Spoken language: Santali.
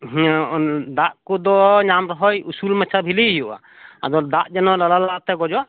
ᱦᱮᱸ ᱫᱟᱜ ᱠᱚᱫᱚ ᱧᱟᱢ ᱨᱮᱦᱚᱸᱭ ᱩᱥᱩᱞ ᱢᱟᱪᱷᱟ ᱵᱷᱤᱞᱤ ᱦᱩᱭᱩᱜᱼᱟ ᱟᱫᱚ ᱫᱟᱜ ᱡᱮᱱᱚ ᱱᱟᱞᱟ ᱱᱟᱞᱟᱛᱮ ᱜᱚᱡᱚᱜ